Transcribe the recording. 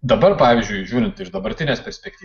dabar pavyzdžiui žiūrint iš dabartinės perspektyvos